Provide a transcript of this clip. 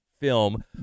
film